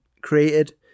created